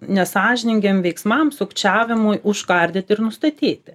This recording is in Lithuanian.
nesąžiningiem veiksmam sukčiavimui užkardyti ir nustatyti